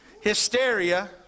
Hysteria